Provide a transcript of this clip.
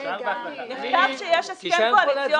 נכתב שיש הסכם קואליציוני